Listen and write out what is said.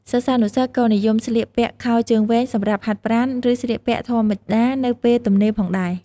សិស្សានុសិស្សក៏និយមស្លៀកពាក់ខោជើងវែងសម្រាប់ហាត់ប្រាណ ឬស្លៀកពាក់ធម្មតានៅពេលទំនេរផងដែរ។